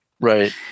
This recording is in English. Right